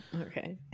Okay